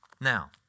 Now